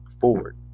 forward